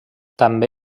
també